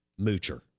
moocher